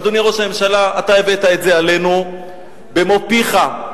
אדוני ראש הממשלה, אתה הבאת את זה עלינו במו פיך.